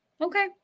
Okay